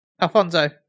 Alfonso